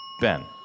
Ben